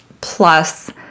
plus